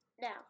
now